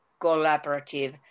collaborative